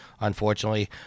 unfortunately